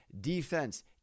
defense